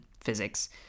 physics